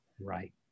Right